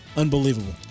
unbelievable